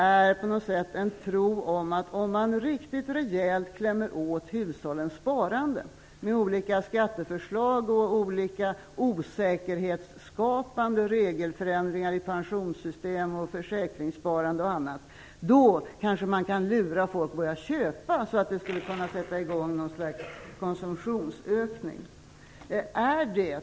Man tror att om man riktigt rejält klämmer åt hushållens sparande med olika skatteförslag och olika osäkerhetsskapande regelförändringar i pensionssystem, försäkringssparande och annat kan man kanske lura folk att börja köpa, så att något slags konsumtionsökning sätter i gång.